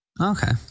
Okay